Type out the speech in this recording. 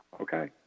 Okay